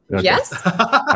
Yes